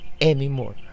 anymore